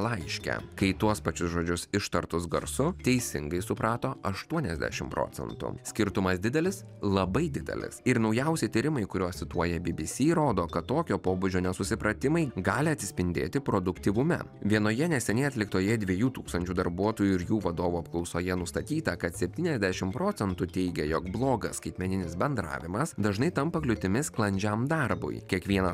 laiške kai tuos pačius žodžius ištartus garsu teisingai suprato aštuoniasdešimt procentų skirtumas didelis labai didelis ir naujausi tyrimai kuriuos cituoja bbc rodo kad tokio pobūdžio nesusipratimai gali atsispindėti produktyvume vienoje neseniai atliktoje dviejų tūkstančių darbuotojų ir jų vadovų apklausoje nustatyta kad septyniasdešimt procentų teigia jog blogas skaitmeninis bendravimas dažnai tampa kliūtimi sklandžiam darbui kiekvieną